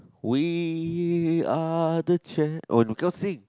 we are the champ~ oh no we can't sing